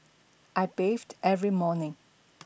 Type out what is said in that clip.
I bathe every morning